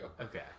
Okay